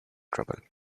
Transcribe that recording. trouble